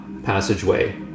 Passageway